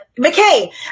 McKay